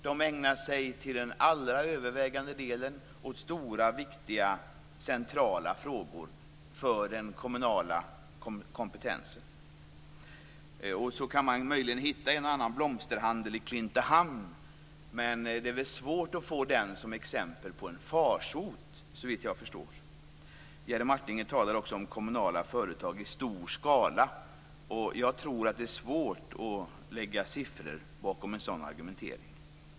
De ägnar sig till övervägande del åt stora och viktiga frågor som är centrala för den kommunala kompetensen. Man kan möjligen hitta en och annan blomsterhandel, t.ex. i Klintehamn, men det är svårt att se den som exempel på en farsot, såvitt jag förstår. Jerry Martinger talar också om kommunala företag i stor skala. Jag tror att det är svårt att visa siffror bakom en sådan argumentering.